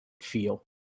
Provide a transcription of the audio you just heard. feel